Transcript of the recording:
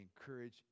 encourage